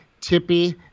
tippy